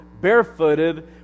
barefooted